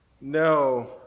No